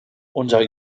unserer